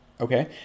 okay